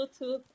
Bluetooth